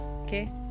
Okay